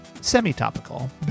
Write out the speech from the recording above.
semi-topical